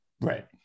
Right